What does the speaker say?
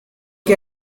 que